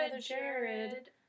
Jared